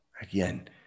Again